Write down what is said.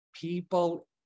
people